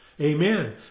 Amen